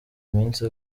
iminsi